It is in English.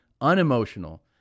unemotional